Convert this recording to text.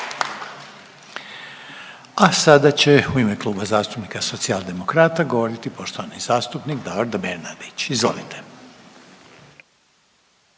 A sada će u ime Kluba zastupnika Socijaldemokrata govoriti poštovani zastupnik Davor Bernardić. Izvolite.